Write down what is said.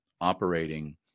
operating